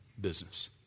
business